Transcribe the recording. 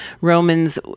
Roman's